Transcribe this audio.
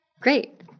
Great